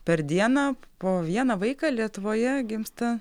per dieną po vieną vaiką lietuvoje gimsta